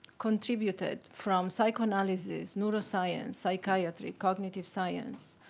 contributed from psychoanalysis, neuroscience, psychiatry, cognitive science.